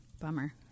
Bummer